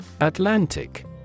Atlantic